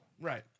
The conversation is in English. Right